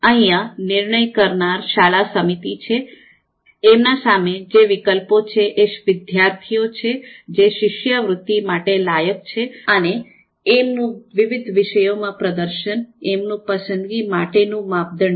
અહિયાં નિર્ણય કરનાર શાળા સમિતિ છે એમના સામે જે વિકલ્પો છે એ વિદ્યાર્થીઓ છે જે શિષ્યવૃત્તિ માટે લાયક છે અને એમનું વિવિધ વિષયોમાં પ્રદર્શન એમનું પસંદગી માટેનું માપદંડ છે